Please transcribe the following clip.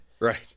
Right